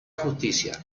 justicia